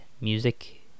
music